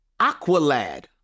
Aqualad